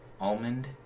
Almond